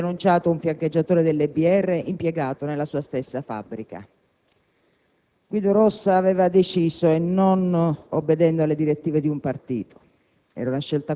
che aveva denunciato un fiancheggiatore delle Brigate Rosse impiegato nella sua stessa fabbrica. Guido Rossa aveva deciso, e non obbedendo alle direttive di un partito: